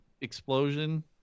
explosion